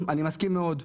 נכון, אני מסכים מאוד.